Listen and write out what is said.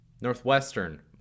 Northwestern